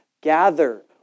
Gather